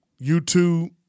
YouTube